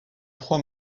trois